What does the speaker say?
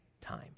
time